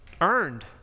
earned